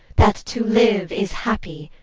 that to live is happy,